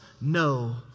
no